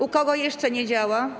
U kogo jeszcze nie działa?